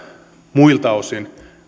muilta osin